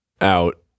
out